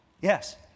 Yes